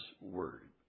Word